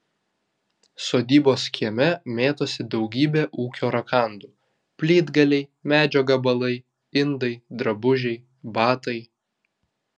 sodybos kieme mėtosi daugybė ūkio rakandų plytgaliai medžio gabalai indai drabužiai batai